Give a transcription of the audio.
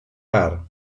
part